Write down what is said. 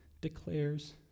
declares